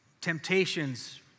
temptations